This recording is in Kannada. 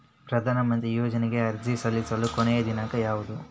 ಪ್ರಧಾನ ಮಂತ್ರಿ ಯೋಜನೆಗೆ ಅರ್ಜಿ ಸಲ್ಲಿಸಲು ಕೊನೆಯ ದಿನಾಂಕ ಯಾವದು?